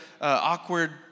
awkward